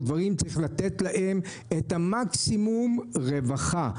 צריך לתת להם את מקסימום הרווחה,